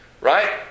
right